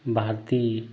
भारतीय